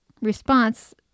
response